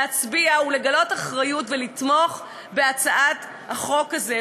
להצביע ולגלות אחריות ולתמוך בהצעת החוק הזאת.